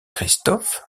christophe